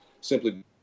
simply